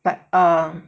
but uh